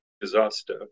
disaster